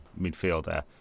midfielder